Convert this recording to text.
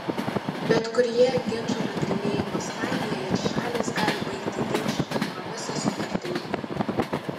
bet kurioje ginčo nagrinėjimo stadijoje šalys gali baigti ginčą kompromiso sutartimi